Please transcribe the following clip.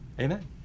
amen